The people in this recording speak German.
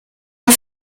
der